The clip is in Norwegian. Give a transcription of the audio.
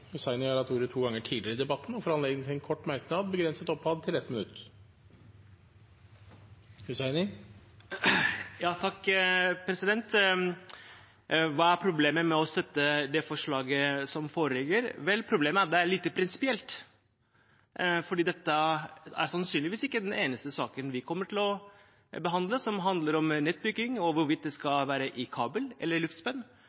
får ordet til en kort merknad, begrenset til 1 minutt. Hva er problemet med å støtte det forslaget som foreligger? Problemet er at det er lite prinsipielt, for dette er sannsynligvis ikke den eneste saken vi kommer til å behandle som handler om nettbygging, og om hvorvidt det skal være i kabel eller i luftspenn.